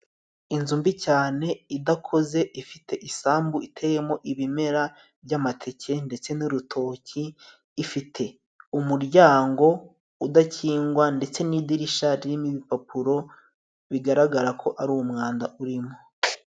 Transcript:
Inzu mbi cyane idakoze, ifite isambu iteyemo ibimera by'amateke ndetse n'urutoki, ifite umuryango udakingwa ndetse n'idirishya ririmo ibipapuro, bigaragara ko ari umwanda urimo.